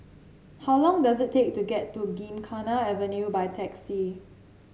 how long does it take to get to Gymkhana Avenue by taxi